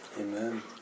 Amen